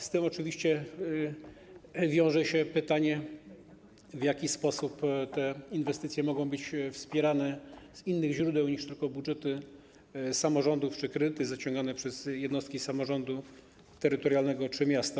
Z tym oczywiście wiąże się pytanie, w jaki sposób te inwestycje mogą być wspierane z innych źródeł niż tylko budżety samorządów czy kredyty zaciągane przez jednostki samorządu terytorialnego czy miasta.